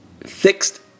fixed